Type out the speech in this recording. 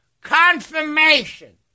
Confirmation